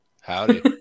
Howdy